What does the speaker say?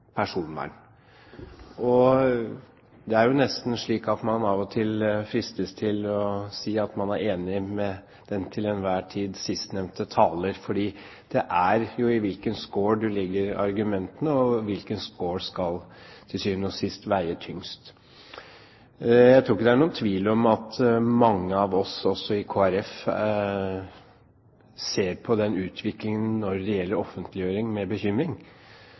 og punkt 2 personvern. Det er jo nesten slik at man av og til fristes til å si at man er enig med den til enhver tid sistnevnte taler, for det dreier seg jo om i hvilken skål du legger argumentene, og hvilken skål som til syvende og sist skal veie tyngst. Jeg tror ikke det er noen tvil om at mange av oss også i Kristelig Folkeparti ser på utviklingen når det gjelder offentliggjøring, med bekymring.